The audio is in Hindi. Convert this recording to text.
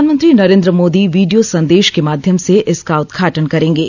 प्रधानमंत्री नरेन्द्र मोदी वीडियो संदेश के माध्यम से इसका उदघाटन करेंगे